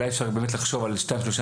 אולי אפשר באמת לחשוב על שניים-שלושה